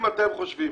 חושבים